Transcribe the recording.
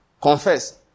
Confess